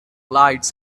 lights